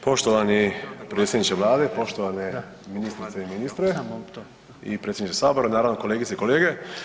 Poštovani predsjedniče vlade, poštovane ministrice i ministre i predsjedniče sabora, naravno i kolegice i kolege.